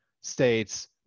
states